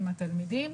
עם התלמידים.